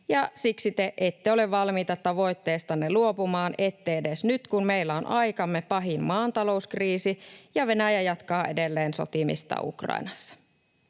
siksi te ette ole valmiita tavoitteestanne luopumaan, ette edes nyt, kun meillä on aikamme pahin maatalouskriisi ja Venäjä jatkaa edelleen sotimista Ukrainassa.